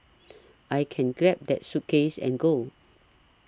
I can grab that suitcase and go